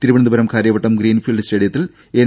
Thiruvananthapuram Karyavattom Greenfield സ്റ്റേഡിയത്തിൽ N